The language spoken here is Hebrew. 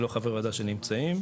אלה חברי הוועדה שנמצאים.